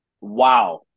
Wow